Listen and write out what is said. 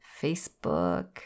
Facebook